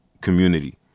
community